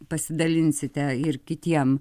pasidalinsite ir kitiem